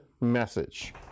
message